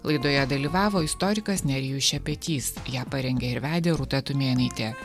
laidoje dalyvavo istorikas nerijus šepetys ją parengė ir vedė rūta tumėnaitė